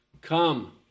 come